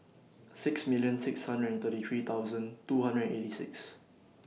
six million six hundred and thirty three thousand two hundred and eighty six